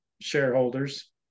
shareholders